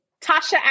Tasha